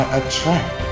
attract